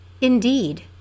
Indeed